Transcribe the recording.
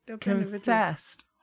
confessed